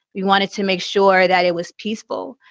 we wanted to make sure that it was peaceful.